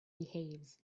behaves